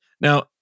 Now